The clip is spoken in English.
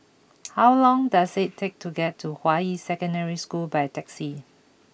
how long does it take to get to Hua Yi Secondary School by taxi